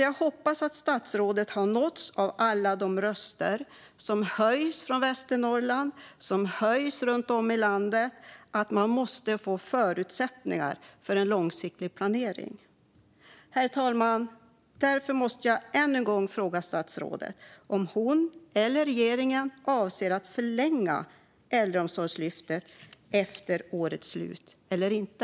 Jag hoppas att statsrådet har nåtts av alla de röster som höjs i Västernorrland och runt om i landet om att man måste få förutsättningar för långsiktig planering. Herr talman! Därför måste jag än en gång fråga statsrådet om hon och regeringen avser att förlänga Äldreomsorgslyftet efter årets slut eller inte.